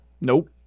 Nope